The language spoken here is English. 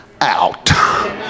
out